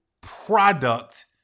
product